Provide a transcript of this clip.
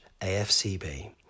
afcb